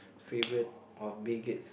favourite of Bill-Gates